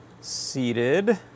seated